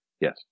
Yes